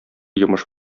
йомыш